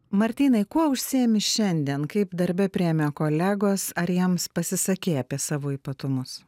martynai kuo užsiimi šiandien kaip darbe priėmė kolegos ar jiems pasisakei apie savo ypatumus